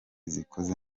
zikoze